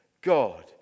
God